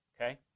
Okay